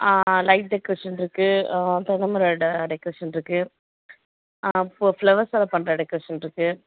light decoration இருக்குது தென்னைமர decoration இருக்குது ஃப்ளவர்ஸால் பண்ணுற டெக்ரேஷன் இருக்குது